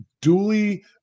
duly